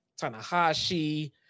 Tanahashi